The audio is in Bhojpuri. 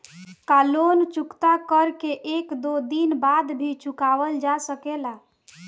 का लोन चुकता कर के एक दो दिन बाद भी चुकावल जा सकेला?